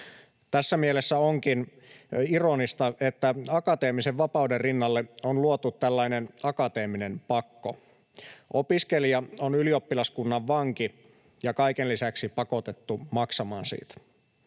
Tässä mielessä onkin ironista, että akateemisen vapauden rinnalle on luotu tällainen akateeminen pakko. Opiskelija on ylioppilaskunnan vanki ja kaiken lisäksi pakotettu maksamaan siitä.